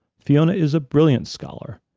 fiona is a brilliant scholar,